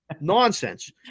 nonsense